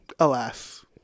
Alas